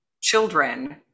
children